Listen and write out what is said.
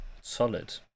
Solid